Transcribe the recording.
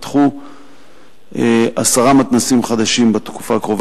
ייפתחו עשרה מתנ"סים חדשים בתקופה הקרובה,